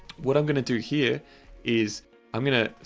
what i'm going to do here is i'm going to,